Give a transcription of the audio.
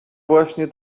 właśnie